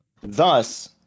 Thus